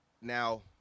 now